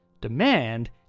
Demand